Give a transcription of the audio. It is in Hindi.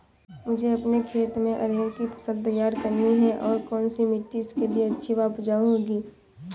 मुझे अपने खेत में अरहर की फसल तैयार करनी है और कौन सी मिट्टी इसके लिए अच्छी व उपजाऊ होगी?